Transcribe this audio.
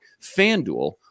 FanDuel